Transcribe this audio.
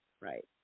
right